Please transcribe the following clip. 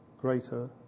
greater